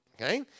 Okay